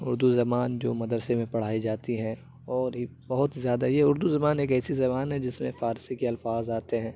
اردو زبان جو مدرسے میں پڑھائی جاتی ہے اور یہ بہت ہی زیادہ یہ اردو زبان ایک ایسی زبان ہے جس میں فارسی کے الفاظ آتے ہیں